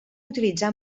utilitzar